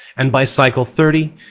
and by cycle thirty,